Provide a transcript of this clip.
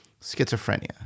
schizophrenia